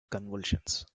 convulsions